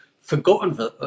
forgotten